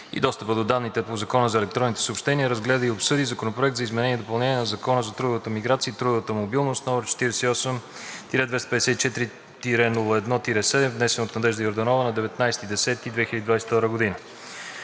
и достъпа до данните по Закона за електронните съобщения разгледа и обсъди Законопроект за изменение и допълнение на Закона за трудовата миграция и трудовата мобилност, № 48-254-01-7, внесен от Надежда Йорданова на 19 октомври